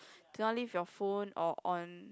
do not leave your phone or on